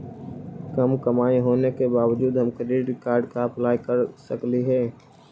कम कमाई होने के बाबजूद हम क्रेडिट कार्ड ला अप्लाई कर सकली हे?